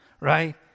right